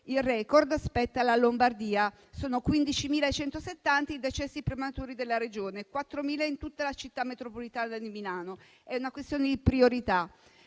Il *record* spetta alla Lombardia: sono 15.170 i decessi prematuri della Regione, 4.000 in tutta la città metropolitana di Milano. È una questione di priorità.